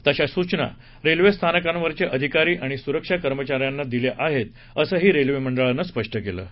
तशा सूचना रेल्वेस्थानकांवरचे अधिकारी आणि सुरक्षा कर्मचाऱ्यांना दिल्या आहेत असंही रेल्वेमंडळानं सांगितलं आहे